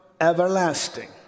everlasting